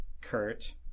Kurt